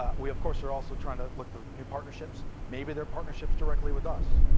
um we, of course, are also trying to look for new partnerships. maybe they're partnerships directly with us.